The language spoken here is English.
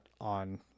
on